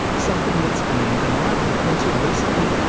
something that's been denied them, until recently,